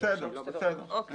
יש